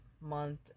month